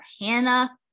Hannah